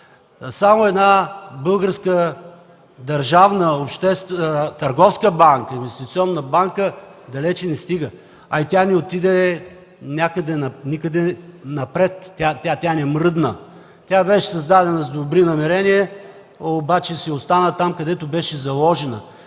Само една българска държавна, обществена, търговска инвестиционна банка далеч не стига. А и тя не отиде никъде напред. Тя не мръдна. Тя беше създадена с добри намерения, обаче си остана там, където беше заложена,